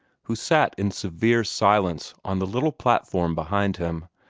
who sat in severe silence on the little platform behind him,